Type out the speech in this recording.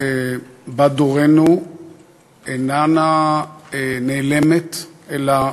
בת דורנו איננה נעלמת אלא נמשכת,